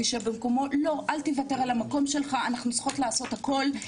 צריכות לעשות הכול,